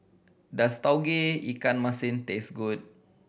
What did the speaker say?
does Tauge Ikan Masin taste good